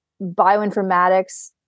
bioinformatics